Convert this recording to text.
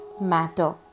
matter